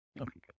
Okay